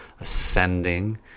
ascending